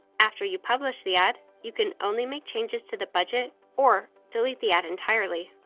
after you publish the ad, you can only make changes to the budget or delete the ad entirely.